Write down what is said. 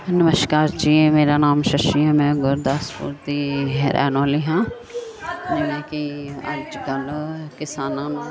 ਨਮਸਕਾਰ ਜੀ ਮੇਰਾ ਨਾਮ ਸ਼ਸ਼ੀ ਹੈ ਮੈਂ ਗੁਰਦਾਸਪੁਰ ਦੀ ਰਹਿਣ ਵਾਲੀ ਹਾਂ ਜਿਵੇਂ ਕਿ ਅੱਜ ਕੱਲ੍ਹ ਕਿਸਾਨਾਂ ਨੂੰ